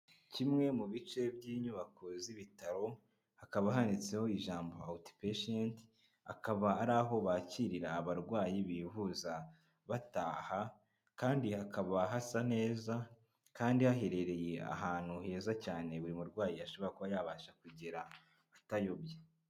Kimwe mu bice by'inyubako z'Ibitaro hakaba handitseho ijambo out patient, akaba ari aho bakirira abarwayi bivuza bataha kandi hakaba hasa neza kandi haherereye ahantu heza cyane buri murwayi yashobora kuba yabasha kugera atayobye.